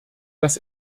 dass